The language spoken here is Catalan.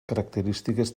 característiques